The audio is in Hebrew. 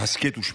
הסכת ושמע: